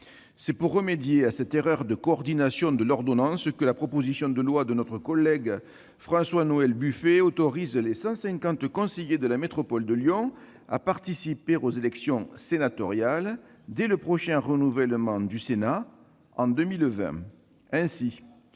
C'est pour remédier à cette erreur de coordination de l'ordonnance que la proposition de loi de notre collègue François-Noël Buffet autorise les 150 conseillers de la métropole de Lyon à participer aux élections sénatoriales dès le prochain renouvellement du Sénat, en 2020. Ainsi,